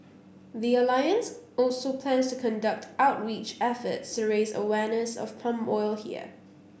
the alliance also plans to conduct outreach efforts to raise awareness of palm oil here